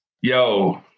Yo